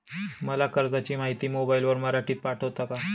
मला कर्जाची माहिती मोबाईलवर मराठीत पाठवता का?